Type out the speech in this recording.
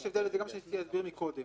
יש הבדל, וזה גם מה שניסיתי להסביר קודם.